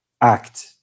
act